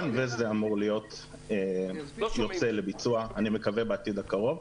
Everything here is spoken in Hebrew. וזה אמור לצאת לביצוע אני מקווה בעתיד הקרוב.